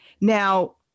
Now